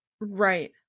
Right